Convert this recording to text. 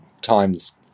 times